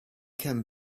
can